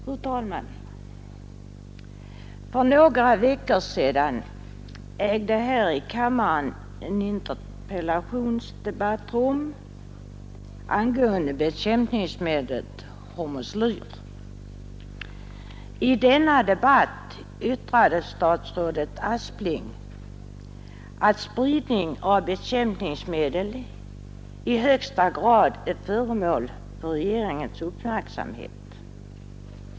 Fru talman! För några veckor sedan ägde här i kammaren en interpellationsdebatt rum angående bekämpningsmedlet hormoslyr. I denna debatt yttrade statsrådet Aspling att spridning av bekämpningsmedel i högsta grad är föremål för regeringens uppmärksamhet.